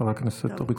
חברת הכנסת אורית סטרוק.